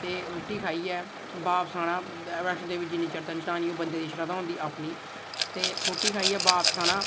ते रुट्टी खाइयै बापस आना वैष्णो देवी जिन्नी चढ़तन चढ़ानी ओह् बंदे दी शरधा होंदी अपनी ते रुट्टी खाइयै बापस औना